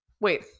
Wait